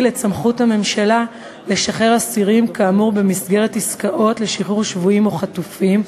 את סמכות הממשלה לשחררם במסגרת עסקאות לשחרור שבויים או חטופים,